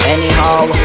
Anyhow